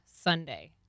Sunday